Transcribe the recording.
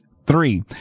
Three